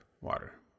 water